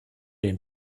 den